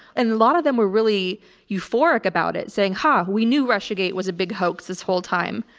and a lot of them were really euphoric about it. saying ha, we knew russia gate was a big hoax this whole time.